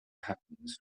happenings